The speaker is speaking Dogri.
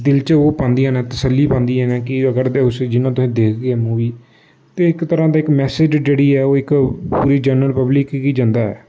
दिल च ओह् पांदियां न तसल्ली पांदियां न कि अगर तुस दिक्खगे मूवी ते इक तरह् दे इक मैसेज जेह्ड़ी ऐ ओह् इक पूरी जनरल पब्लिक गी जंदा ऐ